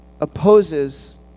opposes